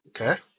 Okay